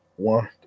One